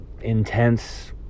intense